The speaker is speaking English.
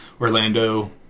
Orlando